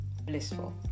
blissful